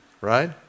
Right